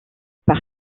par